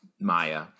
maya